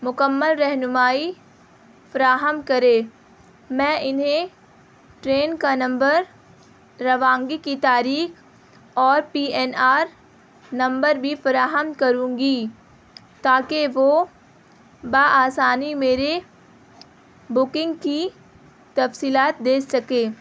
مکمل رہنمائی فراہم کرے میں انہیں ٹرین کا نمبر روانگی کی تاریخ اور پی این آر نمبر بھی فراہم کروں گی تاکہ وہ بآسانی میرے بکنگ کی تفصیلات دیکھ سکے